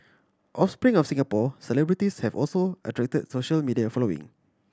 offspring of Singapore celebrities have also attracted social media following